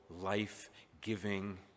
life-giving